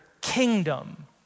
kingdom